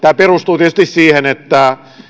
perustuu tietysti siihen että